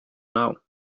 now